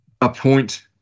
appoint